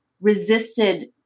resisted